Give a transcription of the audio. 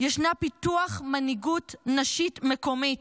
ישנו פיתוח מנהיגות נשית מקומית,